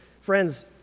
Friends